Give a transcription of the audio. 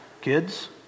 kids